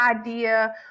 idea